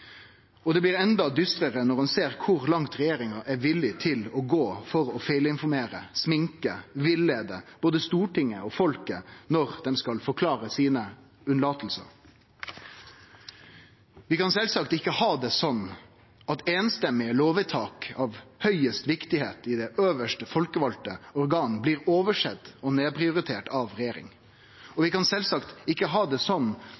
arbeidet. Det blir enda dystrare når ein ser kor langt regjeringa er villig til å gå for å feilinformere, sminke og villeie både Stortinget og folket når dei skal forklare unnlatingane sine. Vi kan sjølvsagt ikkje ha det sånn at samrøystes lovvedtak av høgaste prioritet i det øvste folkevalde organet blir oversett og nedprioriterte av regjeringa. Og vi kan sjølvsagt ikkje ha det sånn